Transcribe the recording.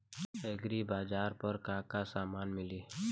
एग्रीबाजार पर का का समान मिली?